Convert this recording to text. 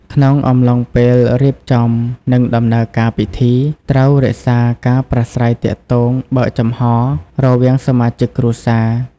ក្នុងអំឡុងពេលរៀបចំ និងដំណើរការពិធី ត្រូវ រក្សាការប្រាស្រ័យទាក់ទងបើកចំហ រវាងសមាជិកគ្រួសារ។